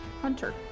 Hunter